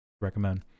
Recommend